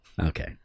okay